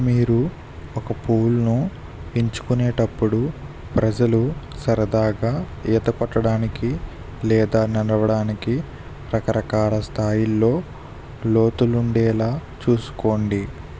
మీరు ఒక పూల్ను ఎంచుకునేటప్పుడు ప్రజలు సరదాగా ఈత కొట్టడానికి లేదా నడవడానికి రకరకాల స్థాయిల్లో లోతులు ఉండేలా చూసుకోండి